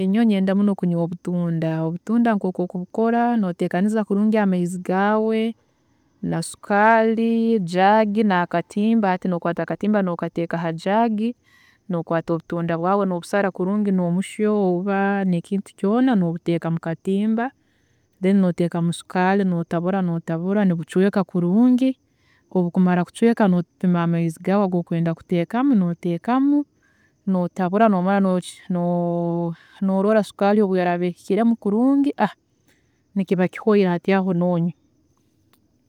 ﻿Nyowe nyenda muno kunywa obutunda, obutunda nkoku orikubukora, noteekaniza kurungi amaizi gaawe na sukaari, jaagi nakatimba, hati nokwaata akatimba nokateeka ha jaagi, nokwaata obutunda bwaawe nobusara kurungi nomushyo, oba nekintu kyoona, nobuteeka mukatimba, then noteekamu sukaari notabura, notabura nibucweeka kurungi, obu bukumara kucweeka nopima amaizi gaawe agu orikwenda kuteekamu, noteekamu, notabura nomara norora sukaari obu eraaba ehikiremu kurungi, nikiba kihwiire hati aho nonywa.